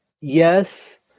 Yes